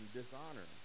dishonor